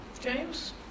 James